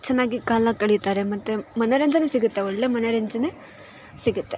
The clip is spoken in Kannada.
ಚೆನ್ನಾಗಿ ಕಾಲ ಕಳಿತಾರೆ ಮತ್ತು ಮನೋರಂಜನೆ ಸಿಗುತ್ತೆ ಒಳ್ಳೆ ಮನೋರಂಜನೆ ಸಿಗುತ್ತೆ